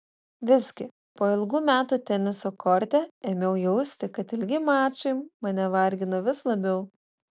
visgi po ilgų metų teniso korte ėmiau jausti kad ilgi mačai mane vargina vis labiau